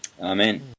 Amen